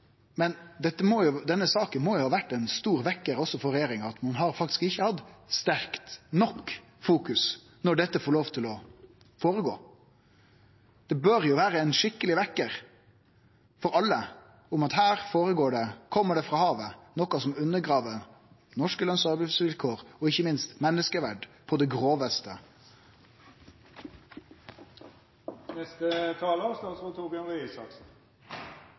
Men denne saka må ha vore ein skikkeleg vekkjar òg for regjeringa – ein har faktisk ikkje hatt sterkt nok fokus når dette får lov til å føregå. Det bør vere ein skikkeleg vekkjar for alle at det skjer noko på havet som undergrev norske lønns- og arbeidsvilkår, og ikkje minst menneskeverd, på det